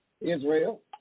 Israel